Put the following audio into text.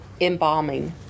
embalming